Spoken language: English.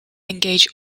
engage